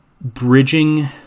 bridging